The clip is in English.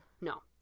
No